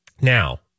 Now